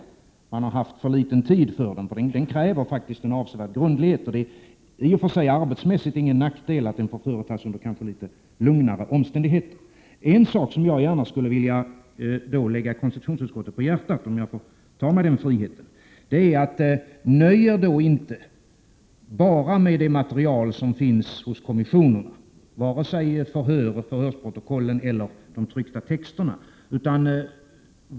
Man har haft för litet tid för den. Denna granskning kräver faktiskt en avsevärd grundlighet, och det är arbetsmässigt i och för sig ingen nackdel att den får företas under kanske litet lugnare omständigheter. En sak som jag gärna skulle vilja lägga konstitutionsutskottet på hjärtat, om jag får ta mig denna frihet, är att ni som efter valet ingår i utskottet inte skall nöja er med bara det material som finns hos kommissionerna, vare sig 45 förhörsprotokollen eller de tryckta texterna.